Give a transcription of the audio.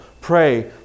pray